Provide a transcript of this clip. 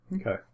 Okay